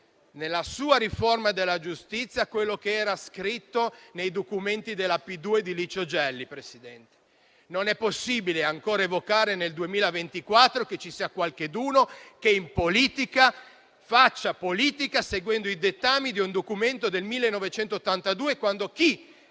nella loro riforma della giustizia, quello che era scritto nei documenti della P2 di Licio Gelli. Non è possibile evocarla ancora nel 2024 e che ci sia qualcuno che faccia politica seguendo i dettami di un documento del 1982, quando chi